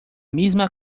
misma